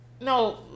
No